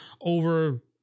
over